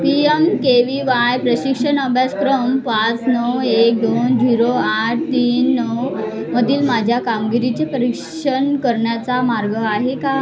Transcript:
P M K V Y प्रशिक्षण अभ्यासक्रम पाच नऊ एक दोन झिरो आठ तीन नऊमधील माझ्या कामगिरीचे परिक्षण करण्याचा मार्ग आहे का